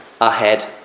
ahead